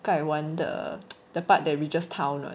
盖完 the the part that reaches town [right]